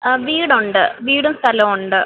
വീടുണ്ട് വീടും സ്ഥലവുമുണ്ട്